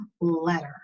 letter